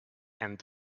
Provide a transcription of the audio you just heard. and